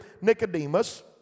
Nicodemus